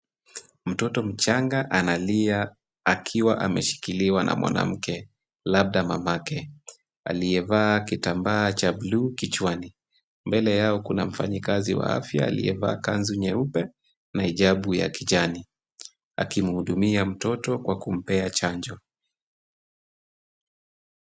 Mtoto mchanga analia akiwa ameshikiliwa na mwanamke labda mamake aliyevaa kitambaa cha buluu kichwani. Mbele Yao kuna mfanyikazi wa afya aliyevaa kanzu nyeupe na hijabu ya kijani akimhudumia mtoto kwa kumpea chanjo.